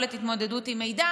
יכולת התמודדות עם מידע,